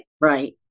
Right